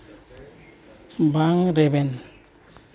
ᱵᱟᱝ ᱨᱮᱵᱮᱱ